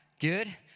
Good